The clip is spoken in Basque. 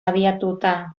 abiatuta